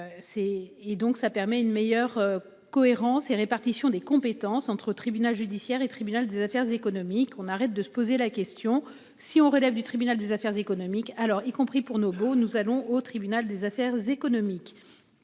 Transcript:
et donc ça permet une meilleure. Cohérence et répartition des compétences entre tribunal judiciaire et tribunal des affaires économiques, on arrête de se poser la question si on relève du tribunal des affaires économiques. Alors y compris pour nos beaux nous allons au tribunal des affaires économiques.